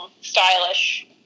stylish